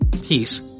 peace